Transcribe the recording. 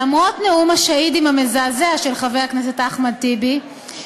למרות נאום השהידים המזעזע של חבר הכנסת אחמד טיבי,